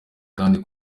kandi